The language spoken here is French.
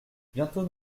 bientôt